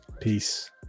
peace